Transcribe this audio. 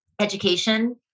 education